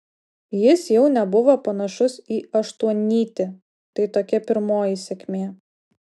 jis jau nebuvo panašus į aštuonnytį tai tokia pirmoji sėkmė